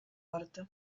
forte